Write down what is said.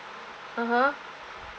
(uh huh)